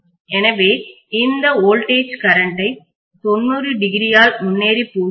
எனவே இந்த வோல்டேஜ் கரண்ட்டை 90o ஆல் முன்னேறிப் போகிறது